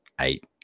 eight